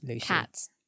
Cats